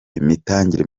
imitangire